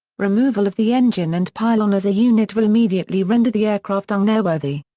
removal of the engine and pylon as a unit will immediately render the aircraft unairworthy.